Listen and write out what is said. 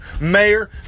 mayor